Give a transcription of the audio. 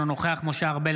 אינו נוכח משה ארבל,